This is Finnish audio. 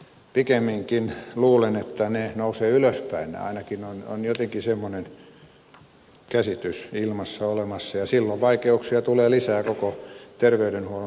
pikemminkin luulen että ne nousevat ylöspäin ainakin on jotenkin semmoinen käsitys ilmassa olemassa ja silloin vaikeuksia tulee lisää koko terveydenhuollon sektorilla